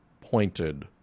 pointed